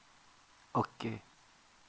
okay